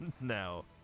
now